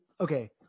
okay